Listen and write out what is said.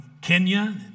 Kenya